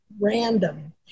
random